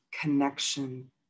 connection